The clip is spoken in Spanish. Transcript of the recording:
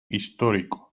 histórico